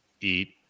eat